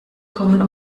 kommen